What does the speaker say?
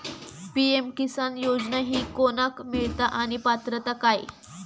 PM किसान योजना ही कोणाक मिळता आणि पात्रता काय?